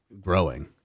growing